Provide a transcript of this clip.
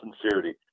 sincerity